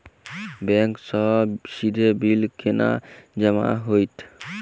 Bank सँ सीधा bill केना जमा होइत?